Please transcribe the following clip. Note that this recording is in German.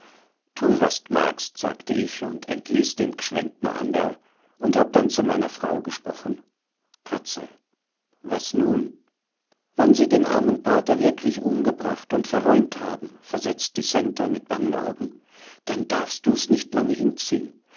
tu was d magst sagte ich und entließ den gschwendtner anderl und hab dann zu meiner frau gesprochen katzel was nun wann sie den armen pater wirklich umgebracht und verräumt haben versetzt die centa mit bangen augen dann darfst du's nicht lange hinziehn